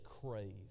crave